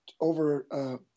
over